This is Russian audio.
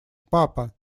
папа